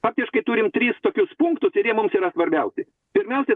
faktiškai turim tris tokius punktus ir jie mums yra svarbiausi pirmiausia